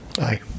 Aye